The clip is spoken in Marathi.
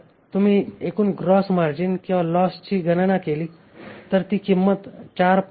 जर तुम्ही एकूण ग्रॉस मार्जिन लॉसची गणना केली तर ही रक्कम 4